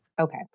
Okay